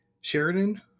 Sheridan